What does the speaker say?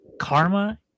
Karma